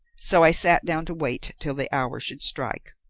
so i sat down to wait till the hour should strike.